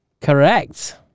Correct